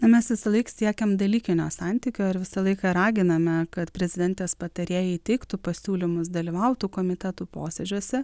o mes visąlaik siekiam dalykinio santykio ir visą laiką raginame kad prezidentės patarėjai teiktų pasiūlymus dalyvautų komitetų posėdžiuose